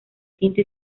quinto